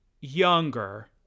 younger